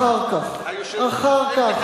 אחר כך.